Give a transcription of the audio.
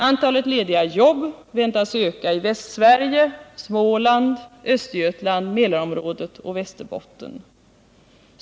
Antalet lediga jobb väntas öka i Västsverige, Småland, Östergötland, Mälarområdet och Västerbotten.